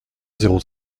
zéro